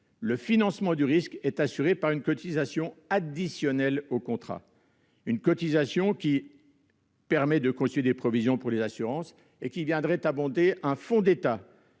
le financement du risque est assuré par une cotisation additionnelle au contrat, qui permettrait de constituer des provisions pour les assurances. Elle viendrait abonder un fonds d'État,